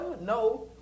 No